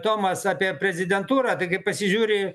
tomas apie prezidentūrą tai kai pasižiūri